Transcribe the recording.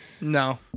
No